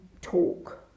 talk